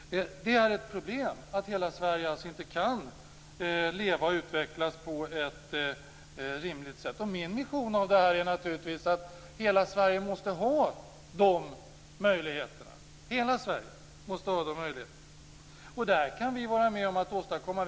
Det är ett problem att hela Sverige inte kan leva och utvecklas på ett rimligt sätt. Min vision är naturligtvis att hela Sverige måste ha dessa möjligheter. Det här kan vi vara med om att åstadkomma.